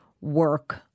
work